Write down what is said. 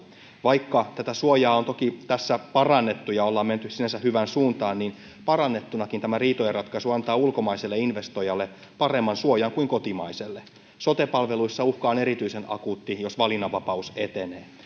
vaikka tätä suojaa on toki tässä parannettu ja ollaan menty sinänsä hyvään suuntaan niin parannettunakin tämä riitojenratkaisu antaa ulkomaiselle investoijalle paremman suojan kuin kotimaiselle sote palveluissa uhka on erityisen akuutti jos valinnanvapaus etenee